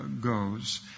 goes